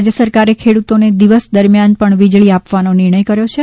રાજ્ય સરકારે ખેડૂતોને દિવસ દરમિયાન પણ વીજળી આપવાનો નિર્ણય કર્યો છે